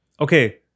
Okay